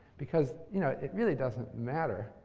because you know it really doesn't matter.